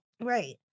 right